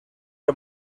del